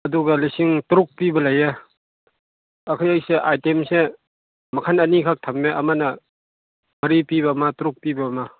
ꯑꯗꯨꯒ ꯂꯤꯁꯤꯡ ꯇꯔꯨꯛ ꯄꯤꯕ ꯂꯩꯌꯦ ꯑꯩꯈꯣꯏꯁꯦ ꯑꯥꯥꯏꯇꯦꯝꯁꯦ ꯃꯈꯟ ꯑꯅꯤꯈꯛ ꯊꯝꯃꯦ ꯑꯃꯅ ꯃꯔꯤ ꯄꯤꯕ ꯑꯃ ꯇꯔꯨꯛ ꯄꯤꯕ ꯑꯃ